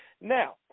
Now